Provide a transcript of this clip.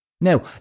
Now